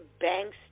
banks